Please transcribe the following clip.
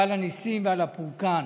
על הניסים ועל הפורקן.